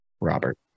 robert